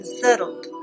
settled